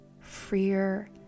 freer